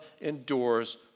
endures